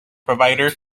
provider